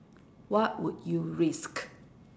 what would you risk